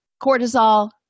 cortisol